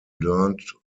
learned